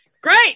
Great